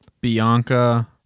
Bianca